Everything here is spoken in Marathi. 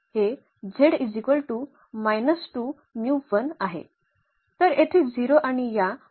तर येथे 0 आणि या t कडे देखील नाही